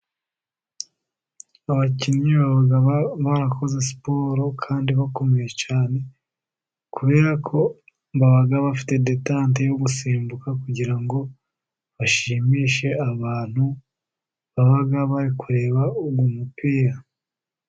Abakinnyi baba barakoze siporo kandi bakomeye cyane, kubera ko baba bafite detante yo gusimbuka, kugira ngo bashimishe abantu baba bari kureba uyu mupira.